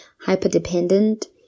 hyper-dependent